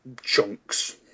chunks